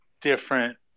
different